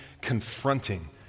confronting